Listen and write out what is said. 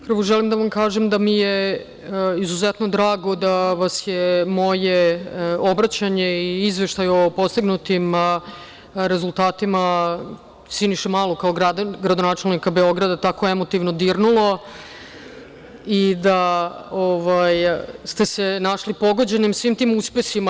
Prvo želim da vam kažem da mi je izuzetno drago da vas je moje obraćanje i izveštaj o postignutim rezultatima Siniše Malog, kao gradonačelnika Beograda, tako emotivno dirnulo i da ste se našli pogođenim svim tim uspesima.